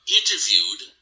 interviewed